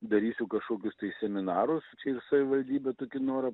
darysiu kažkokius tai seminarus čia ir savivaldybė tokį norą